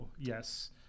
yes